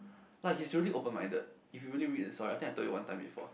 no he is really open minded if you really read the story I think I told you one time before